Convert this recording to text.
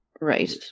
Right